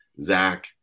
Zach